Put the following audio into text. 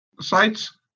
sites